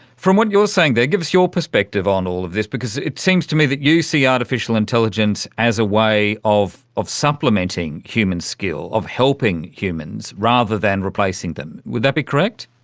from what you're saying there, give us your perspective on all of this, because it seems to me that you see artificial intelligence as a way of of supplementing human skill, of helping humans rather than replacing them. would that be correct?